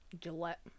Gillette